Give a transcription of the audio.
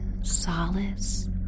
solace